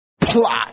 plot